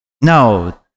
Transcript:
No